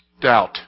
Doubt